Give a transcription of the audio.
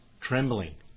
trembling